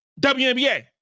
WNBA